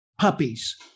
puppies